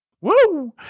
Woo